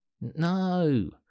no